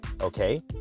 okay